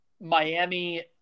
Miami